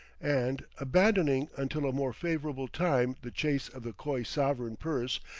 and, abandoning until a more favorable time the chase of the coy sovereign purse,